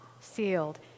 sealed